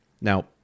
Now